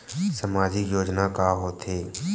सामाजिक योजना का होथे?